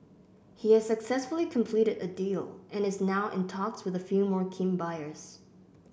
he has successfully completed a deal and is now in talks with a few more keen buyers